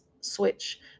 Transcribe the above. switch